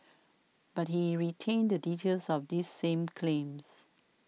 but he retained the details of these same claims